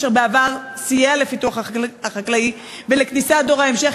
אשר בעבר הרחוק סייע לפיתוח החקלאי ולכניסת דור ההמשך,